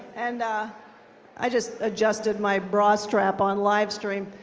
and i just adjusted my bra strap on livestream.